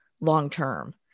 long-term